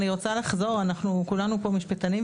אנחנו כולנו פה משפטנים,